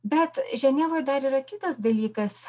bet ženevoj dar yra kitas dalykas